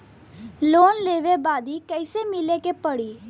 Loan लेवे बदी कैसे मिले के पड़ी?